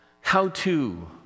how-to